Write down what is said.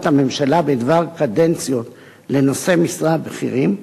הממשלה בדבר קדנציות לנושאי משרה בכירים,